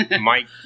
mike